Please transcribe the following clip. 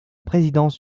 présidence